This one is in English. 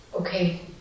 Okay